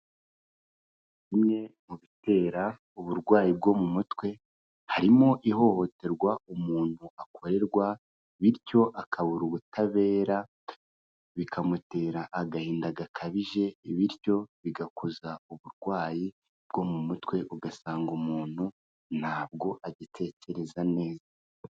Bimwe mu bitera uburwayi bwo mu mutwe harimo ihohoterwa umuntu akorerwa bityo akabura ubutabera bikamutera agahinda gakabije, bityo bigakuza uburwayi bwo mu mutwe ugasanga umuntu ntabwo agitekereza neza.